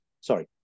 sorry